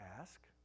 ask